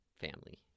family